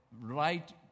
right